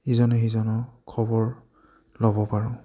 ইজনে সিজনৰ খবৰ ল'ব পাৰোঁ